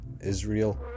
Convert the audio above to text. israel